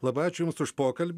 labai ačiū jums už pokalbį